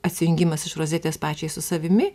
atsijungimas iš rozetės pačiai su savimi